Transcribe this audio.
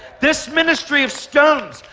this ministry of stones,